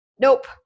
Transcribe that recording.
Nope